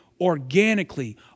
organically